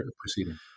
proceeding